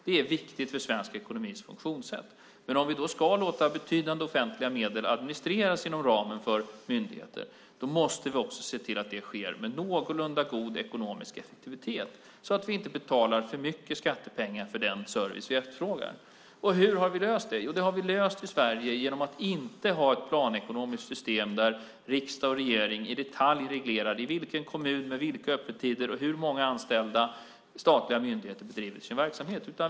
Det är viktigt för svensk ekonomis funktionssätt. Om vi ska låta betydande offentliga medel administreras inom ramen för myndigheter måste vi också se till att det sker med någorlunda god ekonomisk effektivitet så att vi inte betalar för mycket skattepengar för den service vi efterfrågar. Hur har vi löst det? Jo, det har vi löst i Sverige genom att inte ha ett planekonomiskt system där riksdag och regering i detalj reglerar i vilken kommun, med vilka öppettider och med hur många anställda som statliga myndigheter bedriver sin verksamhet.